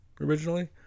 originally